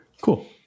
Cool